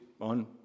on